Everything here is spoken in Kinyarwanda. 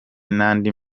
n’andi